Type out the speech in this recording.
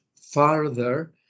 farther